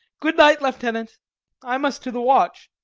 good-night, lieutenant i must to the watch.